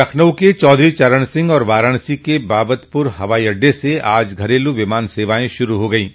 लखनऊ के चौधरी चरण सिंह और वाराणसी के बाबतपुर हवाई अड्डे से आज घरेलू विमान सेवाएं शुरू हो गयीं